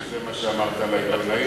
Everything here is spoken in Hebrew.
שזה מה שאמרת על עיתונאים.